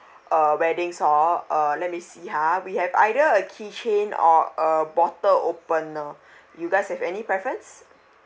uh weddings all uh let me see ha we have either a key chain or a bottle opener you guys have any preference